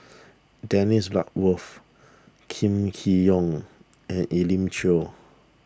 Dennis Bloodworth Kam Kee Yong and Elim Chew